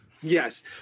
Yes